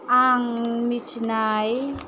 आं मिथिनाय